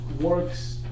works